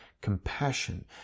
compassion